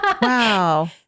Wow